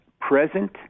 present